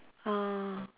ah